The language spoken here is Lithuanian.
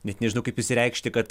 net nežinau kaip išsireikšti kad